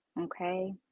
okay